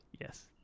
yes